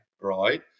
right